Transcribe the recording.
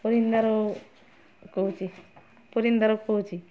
ପରିନ୍ଦାରୁ କହୁଛି ପରିନ୍ଦାରୁ କହୁଛି